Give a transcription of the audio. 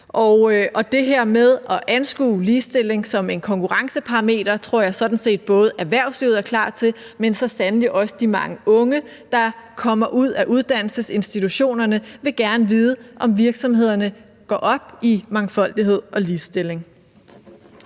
og det her med at anskue ligestilling som et konkurrenceparameter tror jeg sådan set både erhvervslivet, men så sandelig også de mange unge, der kommer ud af uddannelsesinstitutionerne, er klar til. De vil gerne vide, om virksomhederne går op i mangfoldighed og ligestilling.